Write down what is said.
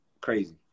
crazy